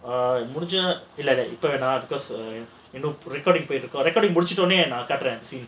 err முடிஞ்சா இல்ல இல்ல இப்போ வேணாம்:mudincha illa illa ippo venaam because you know recording முடிச்சிட்ட உடனே நான் காட்றேன்:mudichitta udanae naan kaattraen